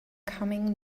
coming